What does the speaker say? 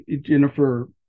Jennifer